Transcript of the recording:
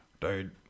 dude